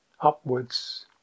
upwards